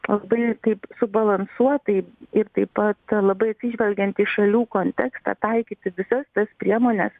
labai taip subalansuotai ir taip pat labai atsižvelgiant į šalių kontekstą taikyti visas tas priemones